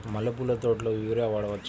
మల్లె పూల తోటలో యూరియా వాడవచ్చా?